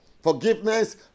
Forgiveness